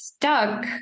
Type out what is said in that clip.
stuck